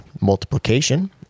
multiplication